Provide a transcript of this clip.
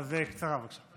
אז קצרה, בבקשה.